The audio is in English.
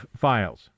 files